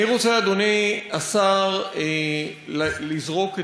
אני רוצה, אדוני השר, לזרוק אתגר: